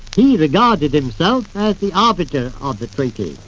he regarded himself as the arbiter of the treaty.